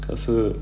可是